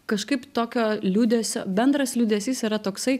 kažkaip tokio liūdesio bendras liūdesys yra toksai